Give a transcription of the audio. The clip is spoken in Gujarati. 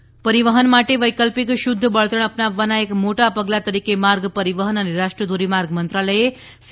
ટ્રાન્સપોર્ટ પરિવહન માટે વૈકલ્પિક શુધ્ધ બળતણ અપનાવવાના એક મોટા પગલા તરીકે માર્ગ પરિવહન અને રાષ્ટ્રીય ધોરીમાર્ગ મંત્રાલયે સી